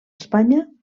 espanya